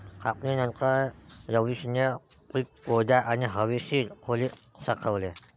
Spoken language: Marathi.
कापणीनंतर, रवीशने पीक कोरड्या आणि हवेशीर खोलीत साठवले